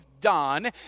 done